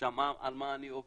שמעה על מה אני עובד,